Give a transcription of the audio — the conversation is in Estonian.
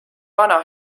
vana